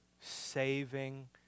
saving